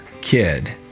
kid